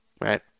Right